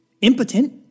impotent